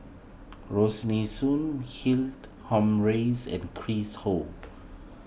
Soon Humphreys and Chris Ho